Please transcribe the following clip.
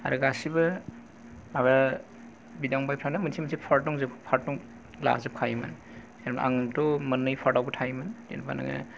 आरो गासैबो माबा बिदा फंबायफोरानो मोनसे मोनसे पार्त लाजोब खायोमोन आंथ' मोननै पार्त आवबो थायोमोन जेनेबा नोङो